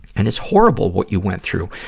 and it's horrible what you went through.